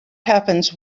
happens